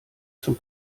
zum